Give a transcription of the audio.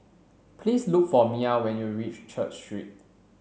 please look for Mia when you reach Church Street